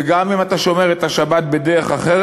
וגם אם אתה שומר את השבת בדרך אחרת,